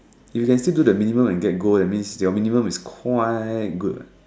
you can still do the minimum and gold that means your minimum is quite good lah